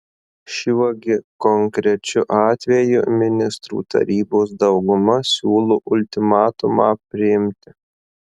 šiuo gi konkrečiu atveju ministrų tarybos dauguma siūlo ultimatumą priimti